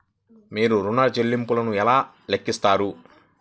మీరు ఋణ ల్లింపులను ఎలా లెక్కిస్తారు?